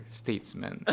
statesman